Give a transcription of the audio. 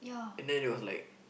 and then they was like